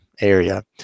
area